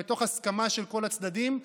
ובהסכמה של כל הצדדים,